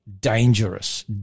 dangerous